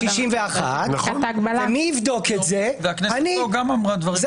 מי אמר שכאשר --- הינה, אני נותן לו על השולחן.